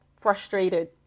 frustrated